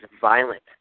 violent